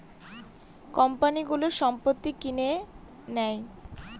কোম্পানিগুলো সম্পত্তি কিনে নেয়